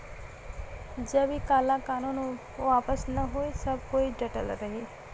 जब इ काला कानून वापस न होई सब कोई डटल रही